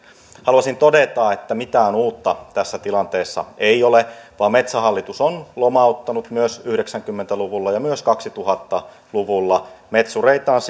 haluaisin todeta että mitään uutta tässä tilanteessa ei ole vaan metsähallitus on lomauttanut myös yhdeksänkymmentä luvulla ja myös kaksituhatta luvulla metsureitaan